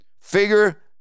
Figure